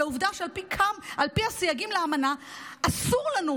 על העובדה שעל פי הסייגים לאמנה אסור לנו,